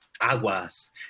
Aguas